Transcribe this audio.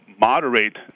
moderate